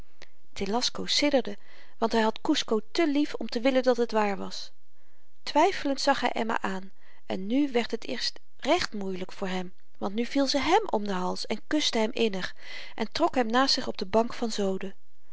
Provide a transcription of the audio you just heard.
telasco sidderde want hy had kusco te lief om te willen dat het waar was twyfelend zag hy emma aan en nu werd het eerst recht moeielyk voor hem want nu viel ze hèm om den hals en kuste hem innig en trok hem naast zich op de bank van zoden